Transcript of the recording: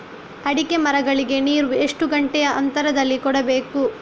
ಅಡಿಕೆ ಮರಗಳಿಗೆ ನೀರು ಎಷ್ಟು ಗಂಟೆಯ ಅಂತರದಲಿ ಕೊಡಬೇಕು?